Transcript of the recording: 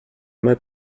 might